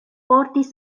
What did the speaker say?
portis